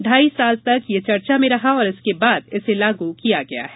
ढ़ाई साल तक यह चर्चा में रहा और इसके बाद इसे लागू किया गया है